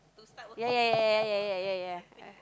ya ya ya ya ya ya ya ya